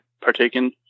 partaken